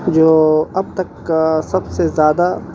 جو اب تک کا سب سے زیادہ